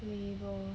we will